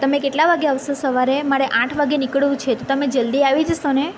તમે કેટલા વાગે આવશો સવારે મારે આઠ વાગે નીકળવું છે તો તમે જલદી આવી જશોને